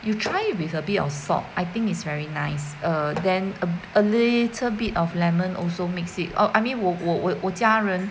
you try it with a bit of salt I think it's very nice err then a a little bit of lemon also makes it uh I mean 我我我我家人 wo wo wo jia ren